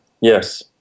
Yes